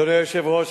אדוני היושב-ראש,